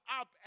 up